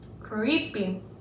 creepy